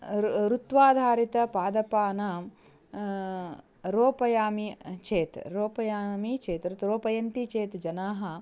ऋ ऋत्वाधारितं पादपानां रोपयामि चेत् रोपयामि चेत् रोपयन्ति चेत् जनाः